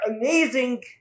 amazing